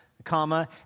comma